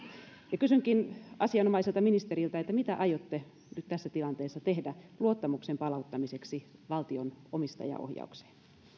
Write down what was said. kysynkin asianomaiselta ministeriltä mitä aiotte nyt tässä tilanteessa tehdä luottamuksen palauttamiseksi valtion omistajaohjaukseen